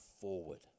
forward